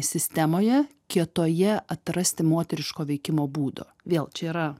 sistemoje kietoje atrasti moteriško veikimo būdo vėl čia yra